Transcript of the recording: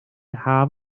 haf